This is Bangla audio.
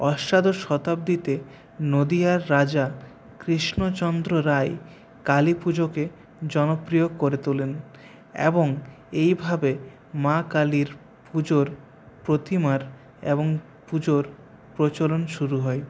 অষ্টাদশ শতাব্দীতে নদীয়ার রাজা কৃষ্ণচন্দ্র রায় কালীপুজোকে জনপ্রিয় করে তোলেন এবং এইভাবে মা কালীর পুজোর প্রতিমার এবং পুজোর প্রচলন শুরু হয়